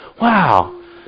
Wow